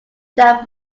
that